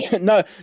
no